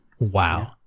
Wow